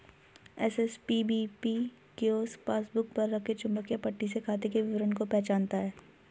SSPBP kiosk passbook पर रखे चुंबकीय पट्टी से खाते के विवरण को पहचानता है